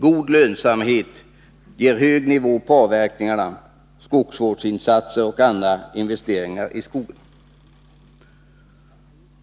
God lönsamhet ger hög nivå på avverkningar, skogsvårdsinsatser och andra investeringar i skogen.